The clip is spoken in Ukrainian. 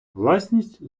власність